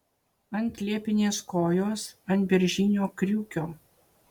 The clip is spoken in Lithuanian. ant liepinės kojos ant beržinio kriukio